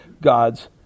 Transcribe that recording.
God's